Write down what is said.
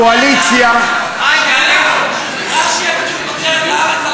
הקואליציה, רק "תוצרת הארץ"?